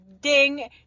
ding